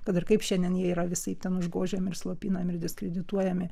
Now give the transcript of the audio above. kad ir kaip šiandien jie yra visaip ten užgožiami ir slopinami ir diskredituojami